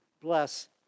bless